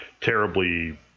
terribly